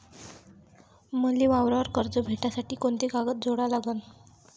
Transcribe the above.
मले वावरावर कर्ज भेटासाठी कोंते कागद जोडा लागन?